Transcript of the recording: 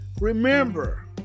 Remember